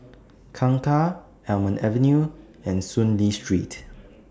Kangkar Almond Avenue and Soon Lee Street